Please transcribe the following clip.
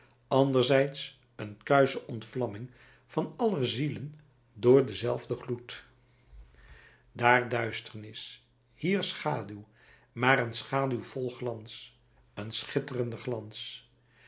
andererzijds een kuische ontvlamming van aller zielen door denzelfden gloed daar duisternis hier schaduw maar een schaduw vol glans een schitterende glans